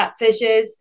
catfishes